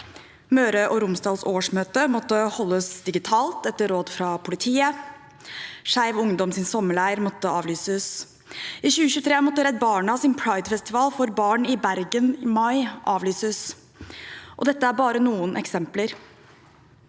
Møre og Romsdals årsmøte måtte holdes digitalt etter råd fra politiet, og Skeiv Ungdoms sommerleir måtte avlyses. I mai 2023 måtte Redd Barnas pridefestival for barn i Bergen avlyses. Dette er bare noen eksempler.